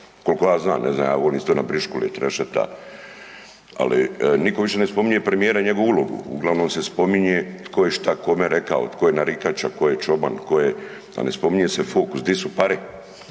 koliko ja znam, ne znam jel briškule i trešeta, ali nitko više ne spominje premijera i njegovu ulogu, uglavnom se spominje tko je šta kome rekao, tko je narikača, tko je čoban, tko je, a ne spominje se fokus di su pare.